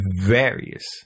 various